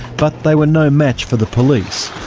but they were no match for the police.